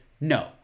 no